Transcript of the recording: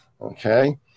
okay